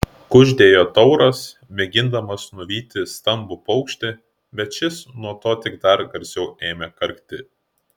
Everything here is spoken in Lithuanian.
kuždėjo tauras mėgindamas nuvyti stambų paukštį bet šis nuo to tik dar garsiau ėmė karkti